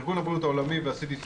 ארגון הבריאות העולמי וה-CDC,